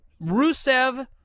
Rusev